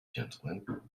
gentlemen